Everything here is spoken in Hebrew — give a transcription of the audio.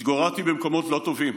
התגוררתי במקומות לא טובים.